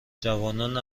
جوانان